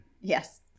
Yes